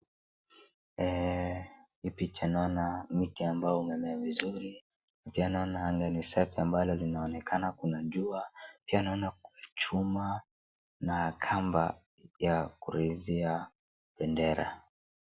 Hii picha naona miti ambayo imemea vizuri. Pia naona anga ni safi ambalo linaonekana kuna jua. Pia naona kuna chuma na kamba ya ku-raise-ia bendera.